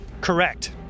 Correct